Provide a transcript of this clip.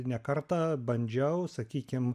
ne kartą bandžiau sakykim